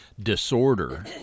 disorder